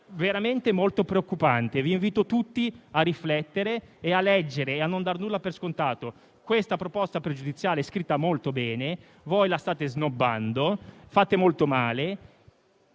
veramente molto preoccupante. Invito tutti a riflettere, leggere e non dare nulla per scontato. La proposta pregiudiziale in esame è scritta molto bene; voi la state snobbando e fate molto male.